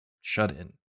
shut-in